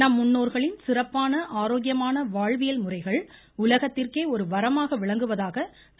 நம் முன்னோர்களின் சிறப்பான ஆரோக்கியமான வாழ்வியல் முறைகள் உலகத்திற்கே ஒரு வரமாக விளங்குவதாக திரு